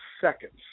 seconds